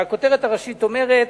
הכותרת הראשית אומרת: